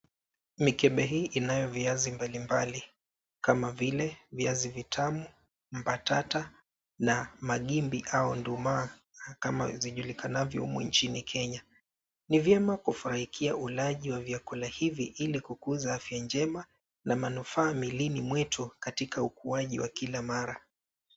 Mikebe hii inayo viazi mbalimbali kama vile viazi vitamu, mbatata na magimbi au ndumaa kama zijulikanavyo humu nchini Kenya. Ni vyema kunufaikia ulaji wa vyakula hivi ili kukuza afya njema na manufaa miilini mwetu katika ukuaji wa kila mara.